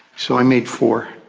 so i made four.